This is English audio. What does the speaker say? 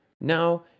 now